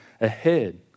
ahead